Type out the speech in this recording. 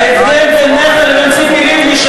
ההבדל בינך לבין ציפי לבני,